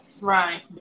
Right